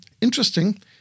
interesting